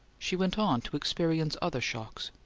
she went on to experience other shocks.